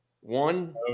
one